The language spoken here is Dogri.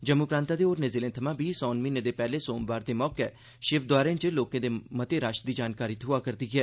जम्मू प्रांतै दे होरने ज़िलें थमा बी सौन म्हीने दे पैहले सोमवार दे मौके शिवाल्यें च लोकें दे मते रश दी जानकारी थोआ करदी ऐ